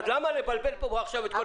אז למה לבלבל פה עכשיו את כל הדיון?